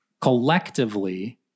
collectively